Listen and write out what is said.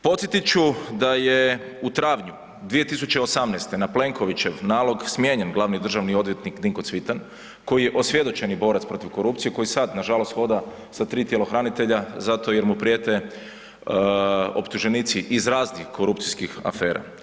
Podsjetit ću da je u travnju 2018. na Plenkovićev navod smijenjen glavni državni odvjetnik Dinko Cvitan koji je osvjedočeni borac protiv korupcije, koji sad nažalost hoda sa 3 tjelohranitelja zato jer mu prijete optuženici iz raznih korupcijskih afera.